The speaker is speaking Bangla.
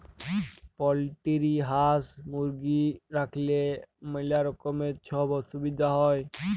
পলটিরি হাঁস, মুরগি রাইখলেই ম্যালা রকমের ছব অসুবিধা হ্যয়